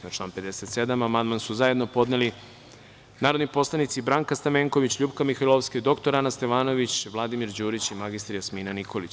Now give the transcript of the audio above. Na član 57. amandman su zajedno podneli narodni poslanici Branka Stamenković, LJupka Mihajlovska, dr Ana Stevanović, Vladimir Đurić i mr Jasmina Nikolić.